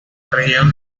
región